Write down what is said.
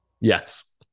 Yes